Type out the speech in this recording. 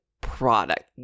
product